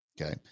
Okay